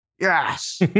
Yes